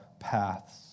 paths